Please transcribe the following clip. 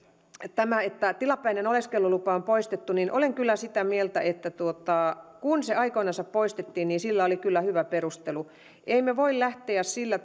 tämän että tilapäinen oleskelulupa on poistettu olen kyllä sitä mieltä että kun se aikoinansa poistettiin niin sille oli kyllä hyvä perustelu emme voi lähteä sillä